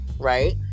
Right